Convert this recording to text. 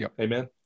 Amen